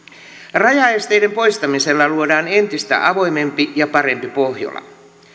rajaesteiden poistamisella luodaan entistä avoimempi ja parempi pohjola